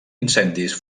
incendis